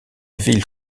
ville